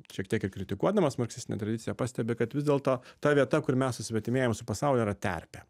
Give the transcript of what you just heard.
šiek tiek ir kritikuodamas marksistinę tradiciją pastebi kad vis dėlto ta vieta kur mes susvetimėjam su pasauliu yra terpė